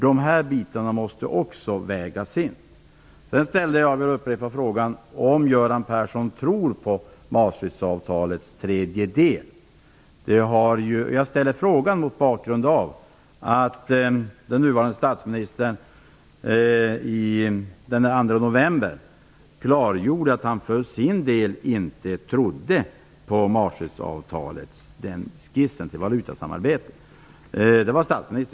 De bitarna måste också vägas in. Jag upprepar frågan om Göran Persson tror på Maastrichtavtalets tredje del. Jag ställer frågan mot bakgrund av att den nuvarande statsministern klargjorde den 2 november att han för sin del inte trodde på skissen till valutasamarbete i Maastrichtavtalet.